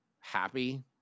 happy